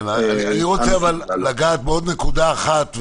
אני רוצה לגעת בעוד נקודה אחת.